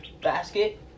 basket